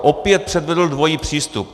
Opět předvedl dvojí přístup.